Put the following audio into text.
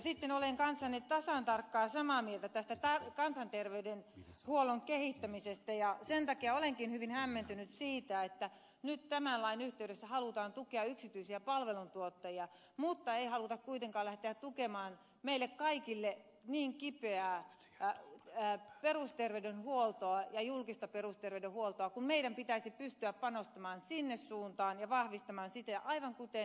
sitten olen kanssanne tasan tarkkaan samaa mieltä tästä kansanterveydenhuollon kehittämisestä ja sen takia olenkin hyvin hämmentynyt siitä että nyt tämän lain yhteydessä halutaan tukea yksityisiä palveluntuottajia mutta ei haluta kuitenkaan lähteä tukemaan meille kaikille niin kipeää perusterveydenhuoltoa ja julkista perusterveydenhuoltoa kun meidän pitäisi pystyä panostamaan sinne suuntaan ja vahvistamaan sitä aivan kuten ed